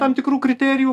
tam tikrų kriterijų